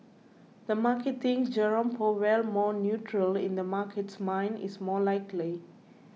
the market thinks Jerome Powell more neutral in the market's mind is more likely